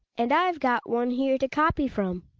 and i've got one here to copy from.